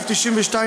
התשע"ו 2016,